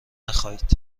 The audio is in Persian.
نخایید